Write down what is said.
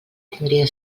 tindria